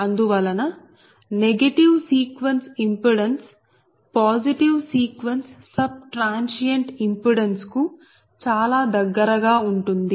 అందువలన negative sequence impedance positive sequence subtransient impedance కు చాలా దగ్గరగా ఉంటుంది